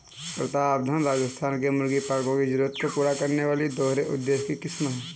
प्रतापधन राजस्थान के मुर्गी पालकों की जरूरतों को पूरा करने वाली दोहरे उद्देश्य की किस्म है